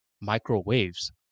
microwaves